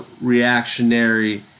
reactionary